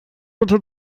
bitte